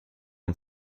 und